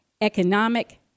economic